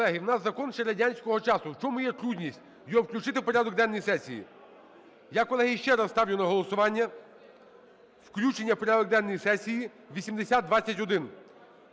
Колеги, у нас закон ще радянського часу. В чому є трудність його включити в порядок денний сесії? Я, колеги, ще раз ставлю на голосування включення в порядок денний сесії 8021,